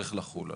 צריך לחול עליו.